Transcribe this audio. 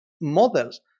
models